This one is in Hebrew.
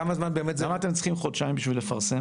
כמה זמן --- למה אתם צריכים חודשיים בשביל לפרסם?